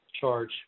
charge